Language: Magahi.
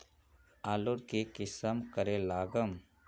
आलूर की किसम करे लागम?